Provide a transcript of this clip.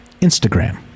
Instagram